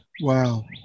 Wow